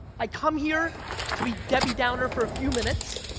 i come here to be debbie downer for a few minutes,